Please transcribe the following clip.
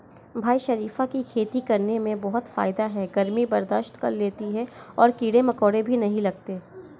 भाई शरीफा की खेती करने में बहुत फायदा है गर्मी बर्दाश्त कर लेती है और कीड़े मकोड़े भी नहीं लगते